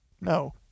no